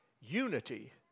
unity